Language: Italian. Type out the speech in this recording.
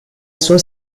suo